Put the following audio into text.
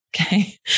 Okay